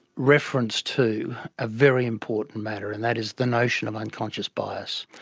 reference to a very important matter, and that is the notion of unconscious bias.